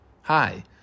Hi